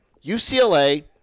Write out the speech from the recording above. UCLA